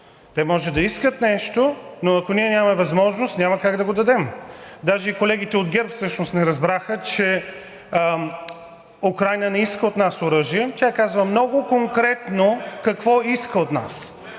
Те може да искат нещо, но ако ние нямаме възможност, няма как да го дадем. Даже и колегите от ГЕРБ не разбраха, че Украйна не иска от нас оръжие. Тя казва много конкретно какво иска от нас,